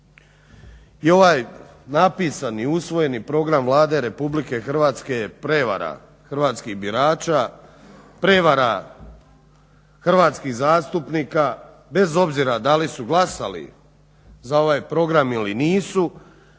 I ovaj napisani i usvojeni program Vlade RH je prevara hrvatskih birača, prevara hrvatskih zastupnika bez obzira da li su glasali za ovaj program ili nisu,